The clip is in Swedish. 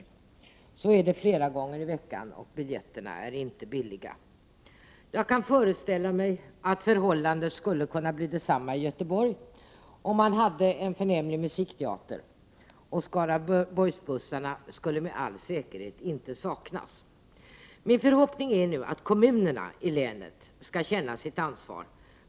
Så är det flera gånger i veckan, och biljetterna är inte billiga. Jag kan föreställa mig att förhållandet kan bli detsamma i Göteborg, om man hade en musikteater, och Skaraborgsbussarna skulle med all säkerhet inte saknas. Min förhoppning är nu att kommunerna i länet skall känna sitt ansvar.